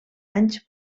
anys